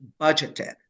budgeted